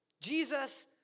Jesus